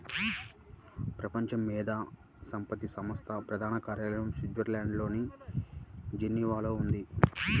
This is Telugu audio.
ప్రపంచ మేధో సంపత్తి సంస్థ ప్రధాన కార్యాలయం స్విట్జర్లాండ్లోని జెనీవాలో ఉంది